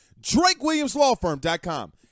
drakewilliamslawfirm.com